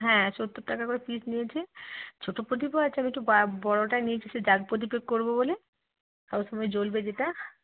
হ্যাঁ সত্তর টাকা করে পিস নিয়েছে ছোটো প্রদীপও আছে আমি একটু বা বড়োটাই নিয়েছি সে জাগ প্রদীপে করবো বলে সব সময় জ্বলবে যেটা